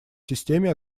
системе